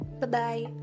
bye-bye